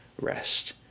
rest